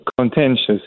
contentious